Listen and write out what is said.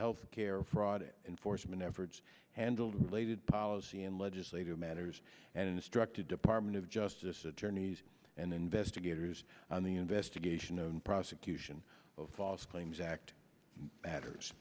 health care fraud it enforcement efforts handled related policy and legislative matters and instructed department of justice attorneys and investigators on the investigation and prosecution of claims act matters